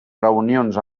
reunions